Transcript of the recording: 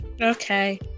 okay